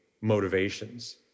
motivations